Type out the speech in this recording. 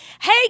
Hey